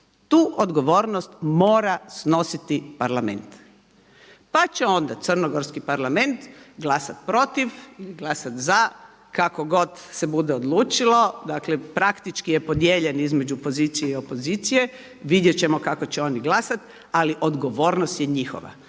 tu odgovornost mora snositi parlament. Pa će onda crnogorski parlament glasati protiv ili glasati za, kako god se bude odlučilo, dakle praktički je podijeljen između pozicije i opozicije, vidjeti ćemo kako će oni glasati ali odgovornost je njihova.